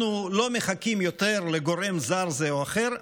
אנחנו לא מחכים יותר לגורם זר זה או אחר,